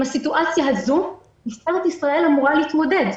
עם הסיטואציה הזו משטרת ישראל אמורה להתמודד.